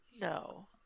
No